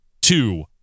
two